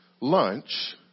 lunch